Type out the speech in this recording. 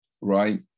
right